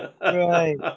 Right